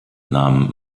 namen